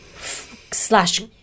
slash